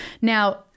Now